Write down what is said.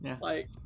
like-